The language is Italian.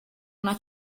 una